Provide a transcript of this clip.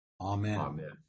Amen